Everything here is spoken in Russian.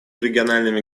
региональными